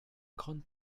grande